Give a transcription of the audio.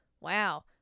Wow